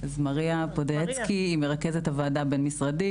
מריה פודגייצקי היא מרכזת הוועדה הבין-משרדית